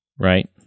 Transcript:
Right